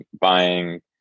buying